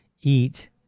eat